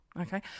okay